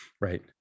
Right